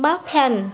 বা ফেন